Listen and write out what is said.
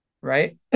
right